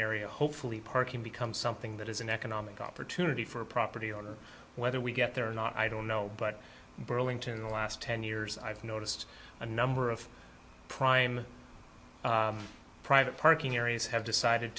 area hopefully parking becomes something that is an economic opportunity for a property owner whether we get there or not i don't know but burlington the last ten years i've noticed a number of prime private parking areas have decided